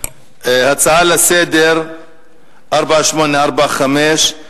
הנושא הבא: הצעה לסדר-היום מס' 4845,